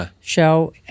show